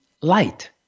light